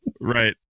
Right